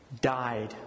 died